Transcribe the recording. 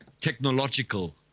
technological